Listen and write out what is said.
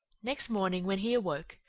next morning, when he awoke,